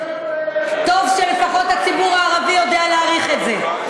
טוב שלפחות הציבור הערבי יודע להעריך את זה.